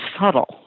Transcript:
subtle